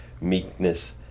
meekness